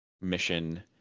mission